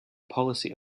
policy